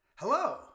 Hello